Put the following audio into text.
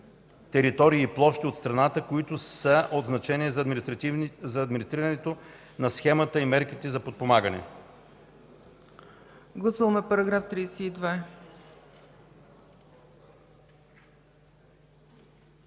територии и площи от страната, които са от значение за администрирането на схеми и мерки за подпомагане.” ПРЕДСЕДАТЕЛ